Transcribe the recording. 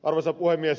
arvoisa puhemies